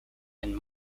and